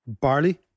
barley